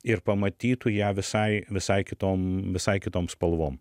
ir pamatytų ją visai visai kitom visai kitom spalvom